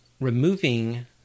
removing